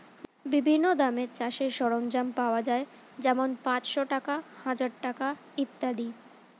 বিভিন্ন দামের চাষের সরঞ্জাম পাওয়া যায় যেমন পাঁচশ টাকা, হাজার টাকা ইত্যাদি